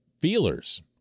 feelers